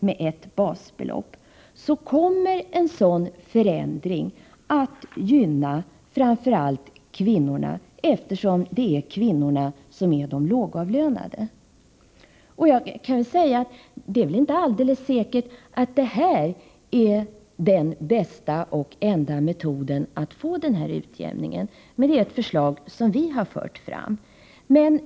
med ett basbelopp, kommer en sådan förändring att gynna framför allt kvinnor, eftersom det är kvinnorna som är de lågavlönade. Det är inte alldeles säkert att detta är den bästa och enda metoden att få en utjämning, men det är vårt förslag.